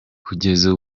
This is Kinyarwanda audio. kugeza